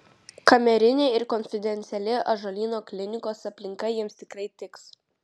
kamerinė ir konfidenciali ąžuolyno klinikos aplinka jiems tikrai tiks